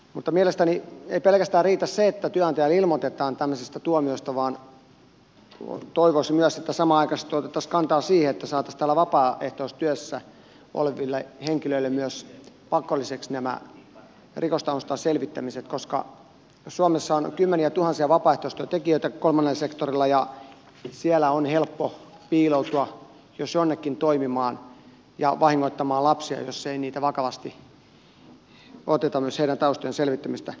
mutta mielestäni ei riitä pelkästään se että työnantajalle ilmoitetaan tämmöisistä tuomioista vaan toivoisin myös että samanaikaisesti otettaisiin kantaa siihen että saataisiin myös vapaaehtoistyössä oleville henkilöille pakollisiksi nämä rikostaustan selvittämiset koska suomessa on kymmeniätuhansia vapaaehtoistyöntekijöitä kolmannella sektorilla ja siellä on helppo piiloutua jos jonnekin toimimaan ja vahingoittamaan lapsia jos myös heidän taustojensa selvittämistä ei oteta vakavasti